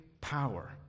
power